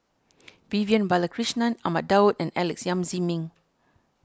Vivian Balakrishnan Ahmad Daud and Alex Yam Ziming